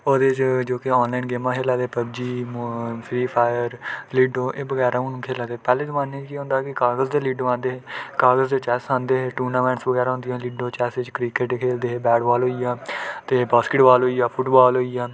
ओह्दे च जोके ऑनलाइन गेमां खेल्ला दे जि'यां पब्बजी फ्री फायर लीडो एह् बगैरा हून खेला दे पैह्ले जमानै च केह् होंदा हा कि कागज़ दे लीडो आंह्दे हे कागज़ दे चैस्स आंह्दे हे टूर्नामैंट्स बगैरां होंदियां हियां लीडो चैस्स क्रिकेट खेढ़दे हे बैटबॉल होई गेआ ते बास्केटबॉल होई गेआ फुटबॉल होई गेआ